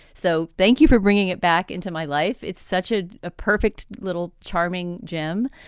so thank you for bringing it back into my life. it's such a ah perfect little charming jim.